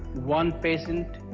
one patient,